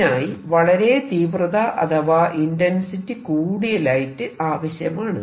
ഇതിനായി വളരെ തീവ്രത അഥവാ ഇന്റൻസിറ്റി കൂടിയ ലൈറ്റ് ആവശ്യമാണ്